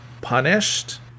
punished